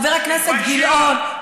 חבר הכנסת גילאון,